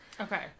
Okay